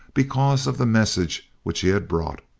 because of the message which he had brought.